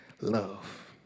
love